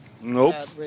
Nope